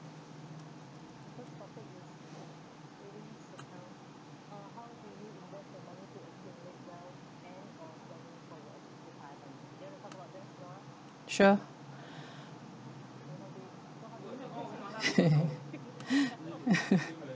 sure